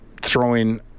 throwing